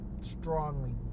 strongly